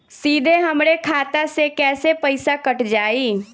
सीधे हमरे खाता से कैसे पईसा कट जाई?